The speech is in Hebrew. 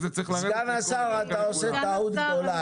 סגן השר, אתה עושה טעות גדולה.